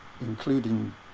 including